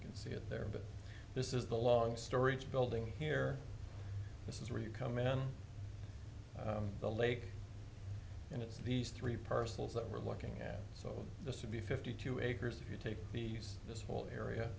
you can see it there but this is the long storage building here this is where you come in the lake and it's these three parcels that we're looking at so this of the fifty two acres you take these this whole area